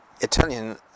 Italian